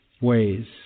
ways